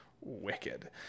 wicked